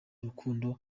urukundo